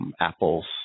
Apple's